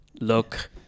look